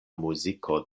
muziko